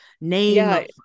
name